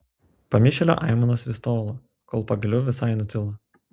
pamišėlio aimanos vis tolo kol pagaliau visai nutilo